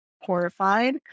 horrified